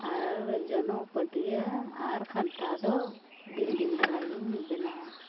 ᱟᱨ ᱡᱚᱱᱚᱜ ᱯᱟᱹᱴᱭᱟᱹ ᱟᱨ ᱠᱷᱟᱱᱛᱷᱟ ᱫᱚ ᱫᱤᱱ ᱫᱤᱱ ᱫᱷᱟᱨᱟ ᱜᱤᱧ ᱵᱮᱱᱟᱣᱟ